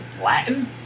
Latin